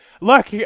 Look